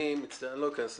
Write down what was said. אני לא אכנס לזה.